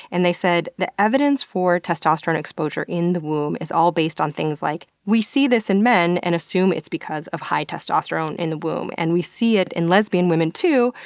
and they said the evidence for testosterone exposure in the womb is all based on things like, we see this in men and assume it's because of high testosterone in the womb. and we see it in lesbian women too,